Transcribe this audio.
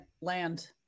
land